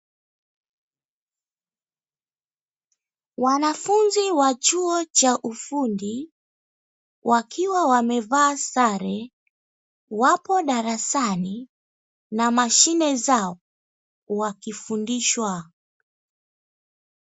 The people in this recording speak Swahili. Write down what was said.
Wanafunzi wa chuo cha ufundi wakiwa wamevaa sare wapo darasani na mashine zao wakifundishwa.